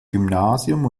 gymnasium